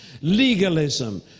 legalism